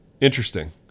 interesting